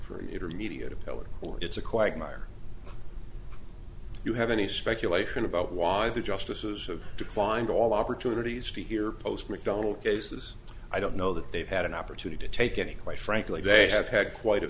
or it's a quagmire you have any speculation about why the justices have declined all opportunities to hear post mcdonald cases i don't know that they've had an opportunity to take any quite frankly they have had quite a